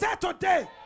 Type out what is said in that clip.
today